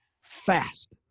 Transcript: fast